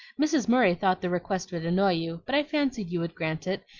mrs. murray thought the request would annoy you but i fancied you would grant it,